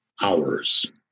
hours